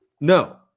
No